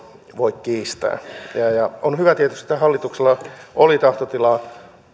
voi kiistää on tietysti hyvä että hallituksella oli tahtotila